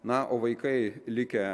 na o vaikai likę